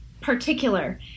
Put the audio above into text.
particular